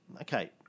okay